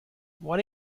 what